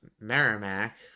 Merrimack